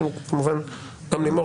כמובן גם לימור,